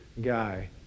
guy